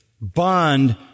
bond